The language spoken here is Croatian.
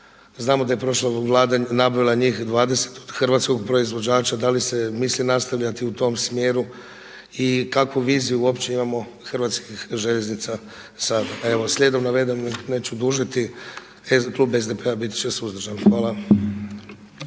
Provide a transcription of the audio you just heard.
Znamo da je prošla vlada nabavila njih 20 od hrvatskog proizvođača, da li se misli nastavljati u tom smjeru i kakvu viziju uopće imamo HŽ-a? Evo slijedom navedenog neću dužiti, klub SDP-a bit će suzdržan. Hvala.